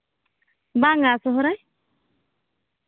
ᱵᱟᱝᱼᱟ ᱥᱚᱨᱦᱟᱭ